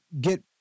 get